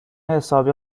حسابی